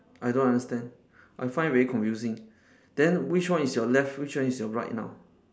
I don't understand I find very confusing then which one is your left which one is your right now